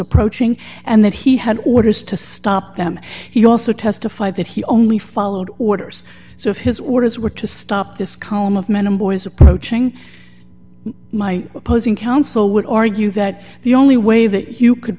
approaching and that he had orders to stop them he also testified that he only followed orders so if his orders were to stop this column of men and boys approaching my opposing counsel would argue that the only way that you could